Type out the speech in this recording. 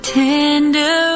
tender